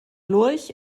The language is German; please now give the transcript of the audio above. lurch